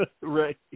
Right